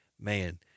man